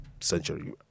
century